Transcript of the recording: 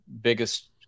biggest